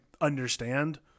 understand